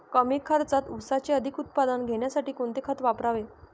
कमी खर्चात ऊसाचे अधिक उत्पादन घेण्यासाठी कोणते खत वापरावे?